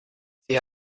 sie